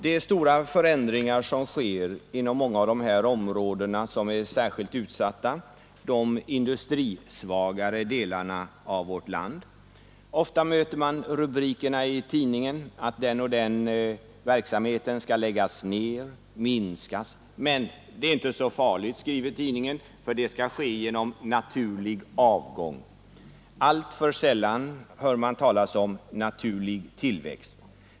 Det är stora förändringar som sker inom många av de här områdena som är särskilt utsatta: de industrisvagare delarna av vårt land. Ofta möter man rubriken i tidningen att den och den verksamheten skall läggas ner eller minskas. Men det är inte så farligt, skriver tidningen, för det skall ske genom ”naturlig avgång”. Alltför sällan hör man talas om ”naturlig tillväxt”.